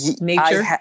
nature